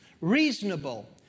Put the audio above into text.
reasonable